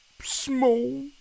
Small